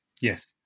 Yes